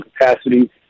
capacity